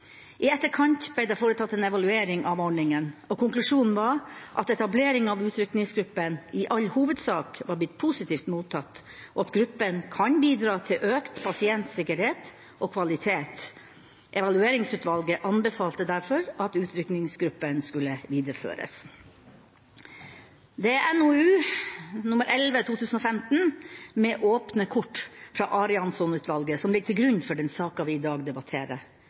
I etterkant ble det foretatt en evaluering av ordningen, og konklusjonen var at etableringen av utrykningsgruppen i all hovedsak var blitt positivt mottatt, og at gruppen kan bidra til økt pasientsikkerhet og kvalitet. Evalueringsutvalget anbefalte derfor at utrykningsgruppen skulle videreføres. Det er NOU 2015: 11, «Med åpne kort» fra Arianson-utvalget, som ligger til grunn for den saken vi i dag debatterer.